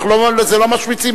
אנחנו לא משמיצים,